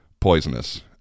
poisonous